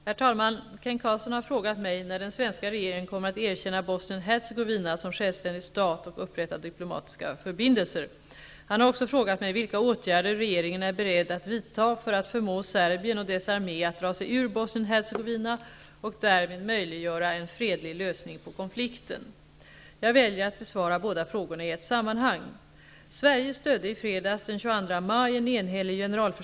Herr talman! Kent Carlsson har frågat mig när den svenska regeringen kommer att erkänna Bosnien Hercegovina som självständig stat och upprätta diplomatiska förbindelser. Han har också frågat mig vilka åtgärder regeringen är beredd att vidta för att förmå Serbien och dess armé att dra sig ur Bosnien-Hercegovina och därmed möjliggöra en fredlig lösning på konflikten. Jag väljer att besvara båda frågorna i ett sammanhang.